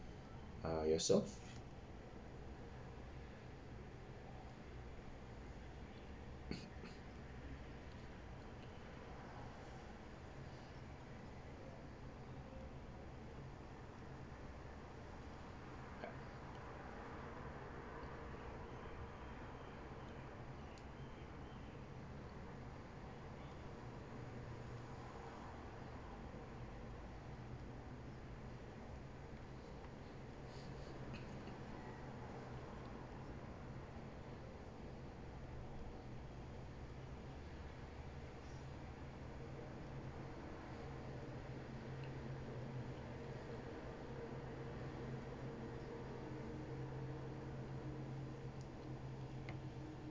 uh yourself